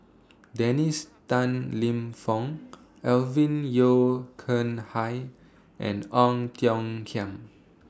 Dennis Tan Lip Fong Alvin Yeo Khirn Hai and Ong Tiong Khiam